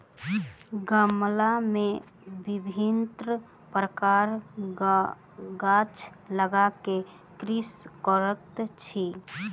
गमला मे विभिन्न प्रकारक गाछ लगा क कृषि करैत अछि